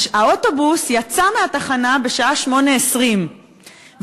האוטובוס יצא מהתחנה בשעה 08:20,